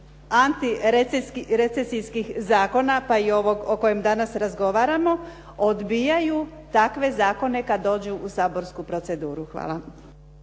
antirecesijskih zakona, pa i ovog o kojem danas razgovaramo odbijaju takve zakone kad dođu u saborsku proceduru. Hvala.